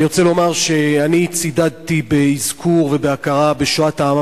אני רוצה לומר שאני צידדתי באזכור ובהכרה בשואת העם